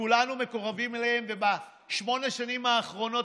שכולנו מקורבים אליהם ובשמונה השנים האחרונות